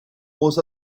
was